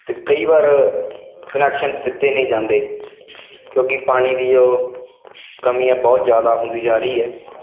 ਅਤੇ ਕਈ ਵਾਰ ਕਨੈਕਸ਼ਨ ਦਿੱਤੇ ਨਹੀਂ ਜਾਂਦੇ ਕਿਉਂਕਿ ਪਾਣੀ ਦੀ ਉਹ ਕਮੀ ਆ ਬਹੁਤ ਜ਼ਿਆਦਾ ਹੁੰਦੀ ਜਾ ਰਹੀ ਹੈ